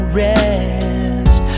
rest